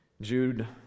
Jude